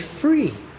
free